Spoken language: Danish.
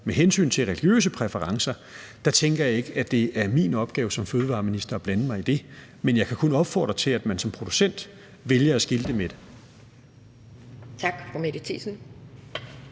Med hensyn til religiøse præferencer tænker jeg ikke, at det er min opgave som fødevareminister at blande mig i det, men jeg kan kun opfordre til, at man som producent vælger at skilte med det. Kl. 12:22 Anden